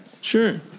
Sure